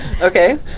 Okay